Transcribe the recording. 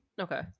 Okay